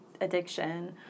addiction